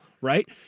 right